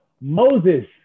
Moses